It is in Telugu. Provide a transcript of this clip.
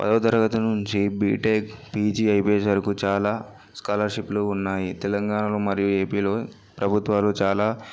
పదో తరగతి నుంచి బీటెక్ పీజీ అయిపోయేవరకు చాలా స్కాలర్షిప్లు ఉన్నాయి తెలంగాణలో మరియు ఏపీలో ప్రభుత్వాలు చాలా